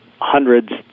hundreds